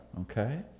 Okay